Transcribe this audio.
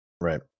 Right